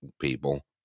people